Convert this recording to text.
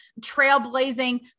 trailblazing